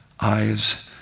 eyes